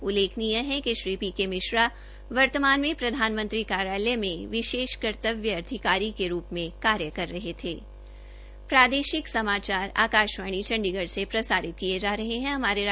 उल्लेखनीय है कि श्री पी के मिश्रा वर्तमान में प्रधानमंत्री कार्यालय मे विशेष कर्तव्य अधिकारी के रूप मे कार्य कर रहे थे